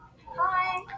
Hi